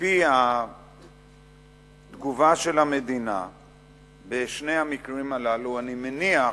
על-פי תגובת המדינה בשני המקרים הללו אני מניח